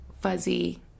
fuzzy